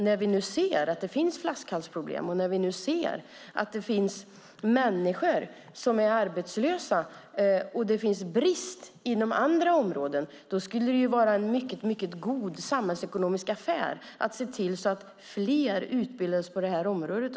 När vi nu ser att det finns flaskhalsproblem, när vi ser att det finns människor som är arbetslösa och att det finns brist inom andra områden skulle det vara en mycket god samhällsekonomisk affär att se till att fler utbildades på det här området.